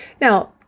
Now